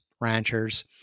ranchers